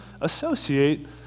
associate